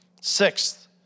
Sixth